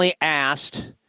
asked